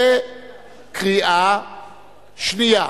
קריאה שנייה.